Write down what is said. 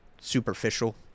superficial